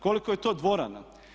Koliko je to dvorana?